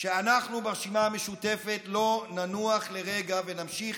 שאנחנו ברשימה המשותפת לא ננוח לרגע ונמשיך